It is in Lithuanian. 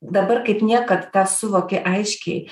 dabar kaip niekad tą suvoki aiškiai